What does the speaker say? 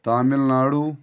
Tamil Nadu